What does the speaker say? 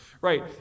right